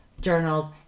journals